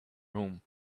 room